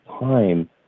time